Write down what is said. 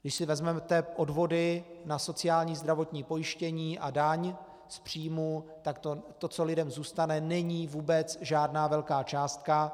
Když si vezmete odvody na sociální a zdravotní pojištění a daň z příjmů, tak to, co lidem zůstane, není vůbec žádná velká částka.